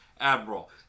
Admiral